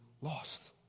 lost